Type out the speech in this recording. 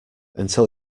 until